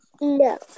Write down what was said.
No